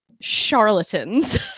Charlatans